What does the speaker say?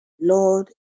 Lord